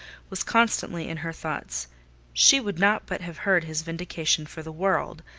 was constantly in her thoughts she would not but have heard his vindication for the world,